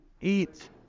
eat